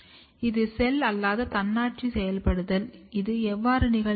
இது செல் அல்லாத தன்னாட்சி செயல்படுத்தல் இது எவ்வாறு நிகழ்கிறது